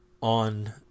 On